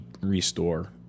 Restore